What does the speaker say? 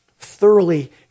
thoroughly